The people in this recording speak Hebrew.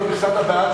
(תיקוני חקיקה)